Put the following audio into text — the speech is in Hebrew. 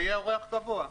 אני אהיה אורח קבוע.